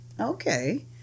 Okay